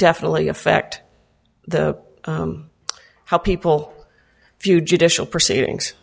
definitely affect the how people view judicial proceedings